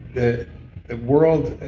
the world.